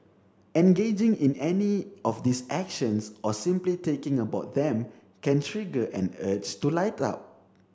engaging in any of these actions or simply thinking about them can trigger an urge to light up